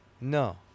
No